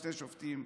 שני שופטים.